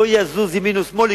לא לזוז ימין ושמאל,